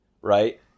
right